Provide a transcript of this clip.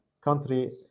country